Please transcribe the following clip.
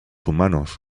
humanos